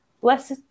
Blessed